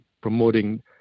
promoting